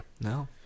No